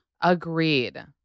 Agreed